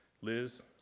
Liz